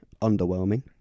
underwhelming